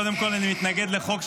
קודם כול אני מתנגד לחוק,